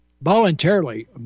voluntarily